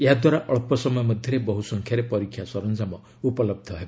ଏହାଦ୍ୱାରା ଅଳ୍ପ ସମୟ ମଧ୍ୟରେ ବହୁ ସଂଖ୍ୟାରେ ପରୀକ୍ଷା ସରଞ୍ଜାମ ଉପଲବ୍ଧ ହେବ